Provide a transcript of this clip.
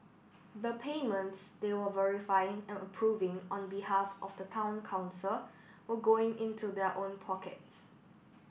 the payments they were verifying and approving on behalf of the Town Council were going into their own pockets